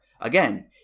Again